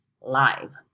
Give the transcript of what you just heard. Live